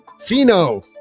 Fino